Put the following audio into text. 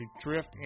drift